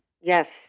Yes